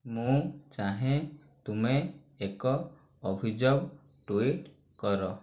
ମୁଁ ଚାହେଁ ତୁମେ ଏକ ଅଭିଯୋଗ ଟୁଇଟ କର